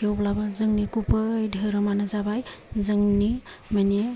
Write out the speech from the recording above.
थेवब्लाबो जोंनि गुबै धोरोमानो जाबाय जोंनि माने